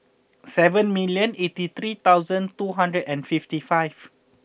seven million eighty three thousand two hundred and fifty five